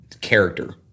character